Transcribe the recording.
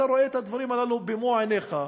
אתה רואה את הדברים האלה במו עיניך.